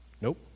nope